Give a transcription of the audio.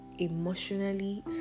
emotionally